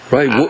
Right